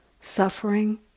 Suffering